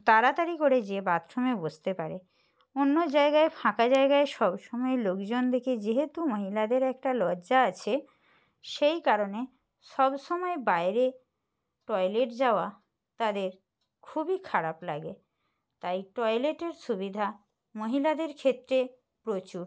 তাড়াতাড়ি করে যেয়ে বাথরুমে বসতে পারে অন্য জায়গায় ফাঁকা জায়গায় সব সময় লোকজন দেখে যেহেতু মহিলাদের একটা লজ্জা আছে সেই কারণে সব সময় বাইরে টয়লেট যাওয়া তাদের খুবই খারাপ লাগে তাই টয়লেটের সুবিধা মহিলাদের ক্ষেত্রে প্রচুর